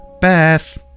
Beth